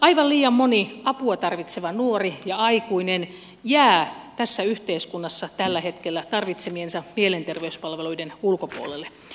aivan liian moni apua tarvitseva nuori ja aikuinen jää tässä yhteiskunnassa tällä hetkellä tarvitsemiensa mielenterveyspalveluiden ulkopuolelle